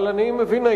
אבל אני מבין,